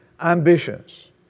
ambitions